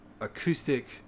acoustic